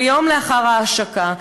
אבל יום לאחר ההשקה,